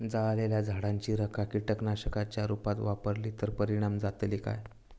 जळालेल्या झाडाची रखा कीटकनाशकांच्या रुपात वापरली तर परिणाम जातली काय?